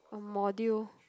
module